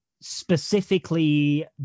specifically